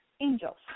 angels